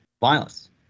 violence